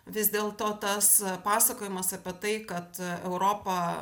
vis dėl to tas pasakojimas apie tai kad europa